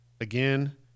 again